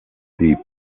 the